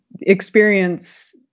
experience